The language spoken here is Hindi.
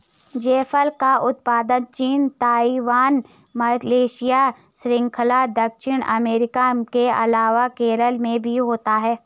जायफल का उत्पादन चीन, ताइवान, मलेशिया, श्रीलंका, दक्षिण अमेरिका के अलावा केरल में भी होता है